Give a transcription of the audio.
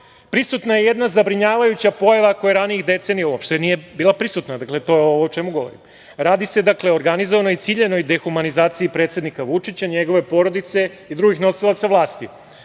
prisutna je jedna zabrinjavajuća pojava koja ranijih decenija uopšte nije bila prisutna, dakle, to je ovo o čemu govorim. Radi se, dakle, o organizovanoj i ciljanoj dehumanizaciji predsednika Vučića, njegove porodice i drugih nosilaca vlasti.